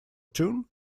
tune